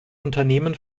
unternehmen